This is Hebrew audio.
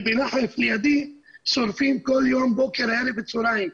ובנחף לידי שורפים כל יום בוקר, ערב וצהריים.